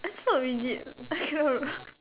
that's not really accurate